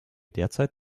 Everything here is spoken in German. derzeit